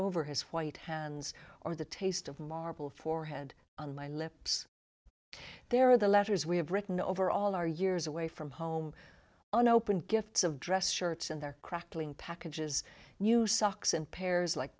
over his white hands or the taste of marble forehead on my lips there are the letters we have written over all our years away from home and open gifts of dress shirts in their crackling packages new socks in pairs like